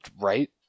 Right